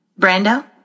Brando